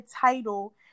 title